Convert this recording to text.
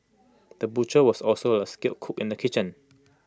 the butcher was also A skilled cook in the kitchen